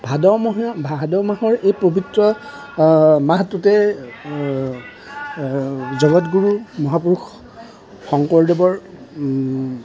ভাদ মহীয়া ভাদ মাহৰ এই পৱিত্ৰ মাহটোতেই জগতগুৰু মহাপুৰুষ শংকৰদেৱৰ